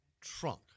trunk